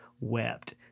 wept